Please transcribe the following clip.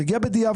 זה הגיע בדיעבד,